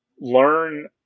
Learn